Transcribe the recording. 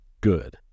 good